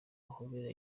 ahobera